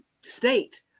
state